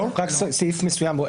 רק סעיף משוריין בו.